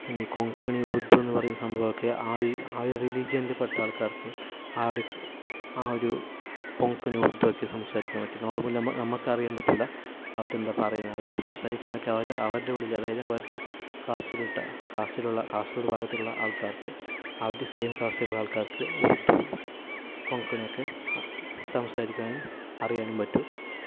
പിന്നെ ഈ കൊങ്കണി ഉറുദുവെന്നു പറയുന്ന സംഭവം ഒക്കെ ആ റിലിജിയനില് പെട്ട ആള്ക്കാര്ക്കെ ആ ഒരു ആ ഒരു കൊങ്കണി ഉറുദു കൊങ്കണി ഉറുദു ഒക്കെ സംസാരിക്കാൻ പറ്റു നോർമലി നമുക്ക് അറിയാൻ പറ്റില്ല അവരെന്താ പറയുന്നത് അവർ സംസാരിക്കുന്നത് ഒക്കെ അവർ അവരുടെ ഉള്ളിൽ അതായത് അവരുടെ കാസ്റ്റിലുട്ട കാസ്റ്റിലുള്ള കാസർഗോഡ് ഭാഗത്തുള്ള ആൾക്കാർക്ക് ആ ഒരു സെയിം കാസ്റ്റില് ഉള്ള ആൾക്കാർക്ക് ഉറുദു കൊങ്കണി ഒക്കെ സംസാരിക്കുവാനും അറിയാനും പറ്റൂ